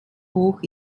buch